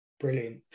brilliant